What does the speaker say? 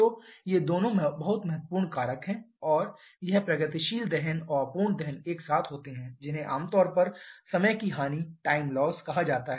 तो ये दोनों बहुत महत्वपूर्ण कारक हैं और यह प्रगतिशील दहन और अपूर्ण दहन एक साथ होते हैं जिन्हें आमतौर पर समय की हानि कहा जाता है